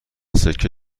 سکه